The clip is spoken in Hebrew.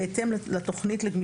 בהתאם להוראות התוכנית.